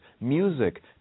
music